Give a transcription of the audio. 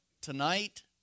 tonight